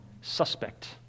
suspect